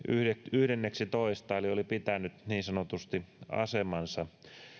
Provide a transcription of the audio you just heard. yhdenneksitoista eli oli pitänyt niin sanotusti asemansa